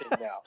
now